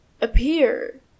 appear